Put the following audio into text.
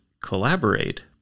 collaborate